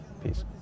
peace